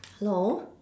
hello